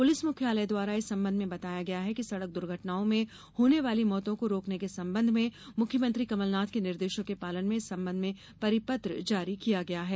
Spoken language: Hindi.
पुलिस मुख्यालय द्वारा इस संबंध में बताया गया है कि सड़क दुर्घटनाओं में होने वाली मौतों को रोकने के संबंध में मुख्यमंत्री कमलनाथ के निर्देशों के पालन में इस संबंध में परिपत्र जारी किया गया है